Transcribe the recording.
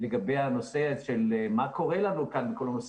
לגבי הנושא של צה קורה לנו כאן בכל נושא